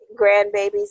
Grandbabies